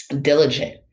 diligent